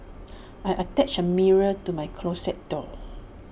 I attached A mirror to my closet door